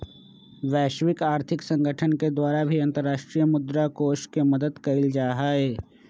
वैश्विक आर्थिक संगठन के द्वारा भी अन्तर्राष्ट्रीय मुद्रा कोष के मदद कइल जाहई